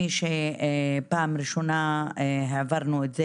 פעם ראשונה העברתי את זה,